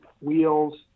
wheels